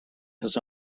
his